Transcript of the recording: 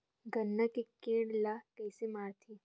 गन्ना के कीट ला कइसे मारथे?